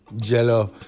Jello